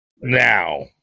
Now